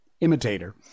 imitator